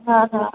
हा हा